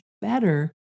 better